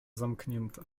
zamknięte